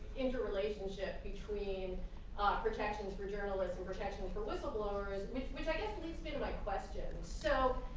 inter-relationship between ah protections for journalists and protections for whistleblowers, which which i guess leads me to my question. so,